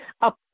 up